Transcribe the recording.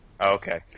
Okay